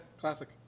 classic